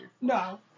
No